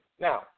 Now